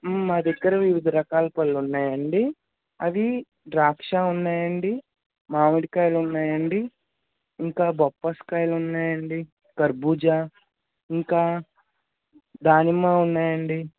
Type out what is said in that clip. మాదగ్గర వివిధ రకాల పళ్ళున్నాయండి అవి ద్రాక్ష ఉన్నాయండి మామిడికాయలు ఉన్నాయండి ఇంకా బొప్పాసికాయలు ఉన్నాయండి కర్భూజా ఇంకా దానిమ్మ ఉన్నాయండి